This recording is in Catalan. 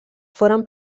foren